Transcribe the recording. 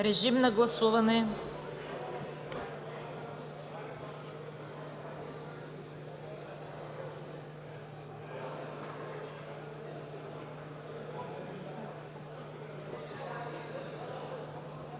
режим на гласуване.